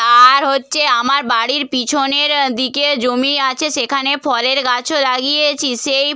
আর হচ্ছে আমার বাড়ির পিছনের দিকে জমি আছে সেখানে ফলের গাছও লাগিয়েছি সেই